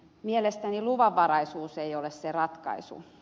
mielestäni luvanvaraisuus ei ole se ratkaisu